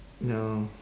ya